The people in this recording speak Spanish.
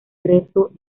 rezo